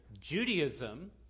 Judaism